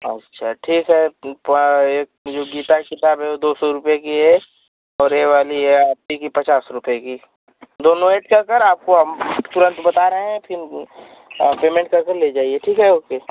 अच्छा ठीक है जो गीता की किताब है दो सौ रुपये की है और ये वाली है आरती की पचास रुपये की दोनों ऐड कर कर आपको हम तुरंत बाता रहे हैं फिर आप पेमेंट करके ले जाइए ठीक है